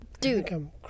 Dude